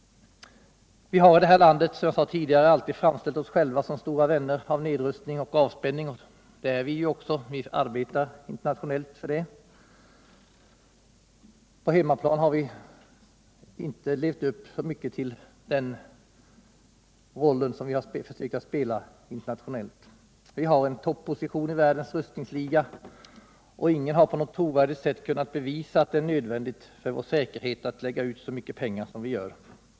Vi har i det här landet, som jag sade tidigare, alltid framställt oss själva som stora vänner av nedrustning och avspänning. Det är vi ju också — vi arbetar internationellt för det. På hemmaplan har vi emellertid inte levt upp till den roll som vi försökt spela internationellt. Vi har en topposition i världens rustningsliga, och ingen har på ett trovärdigt sätt kunnat bevisa att det är nödvändigt för vår säkerhet att lägga ut så mycket pengar på försvaret som vi gör.